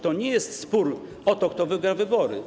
To nie jest spór o to, kto wygra wybory.